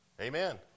Amen